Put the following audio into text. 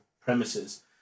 premises